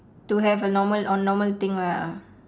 to have a normal orh normal thing lah